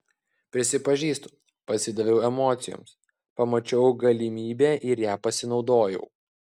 prisipažįstu pasidaviau emocijoms pamačiau galimybę ir ja pasinaudojau